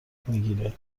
میگیره